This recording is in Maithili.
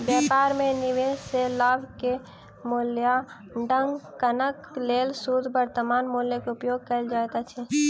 व्यापार में निवेश सॅ लाभ के मूल्याङकनक लेल शुद्ध वर्त्तमान मूल्य के उपयोग कयल जाइत अछि